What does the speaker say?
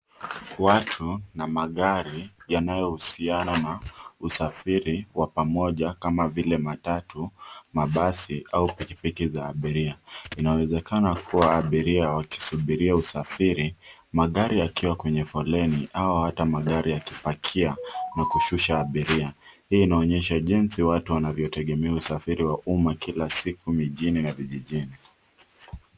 Watu na magari yanayohusiana na usafiri wa pamoja kama vile matatu, mabasi au piki piki za abiria. Inawezekana kuwa abiria wakisubiri usafiri magira yakiwa kwenye foleni au hata magari yakiwa pakia na kushusha abiria. Hii inaonyesha jinsi watu wanavyotegemea usafiri wa umma Kila siku mjini na vijijini.